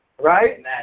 Right